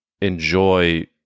enjoy